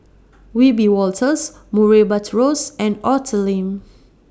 Wiebe Wolters Murray Buttrose and Arthur Lim